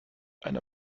einer